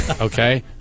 Okay